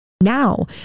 Now